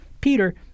Peter